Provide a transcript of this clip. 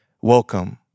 Welcome